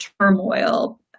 turmoil